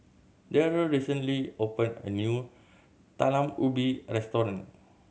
Darrell recently opened a new Talam Ubi restaurant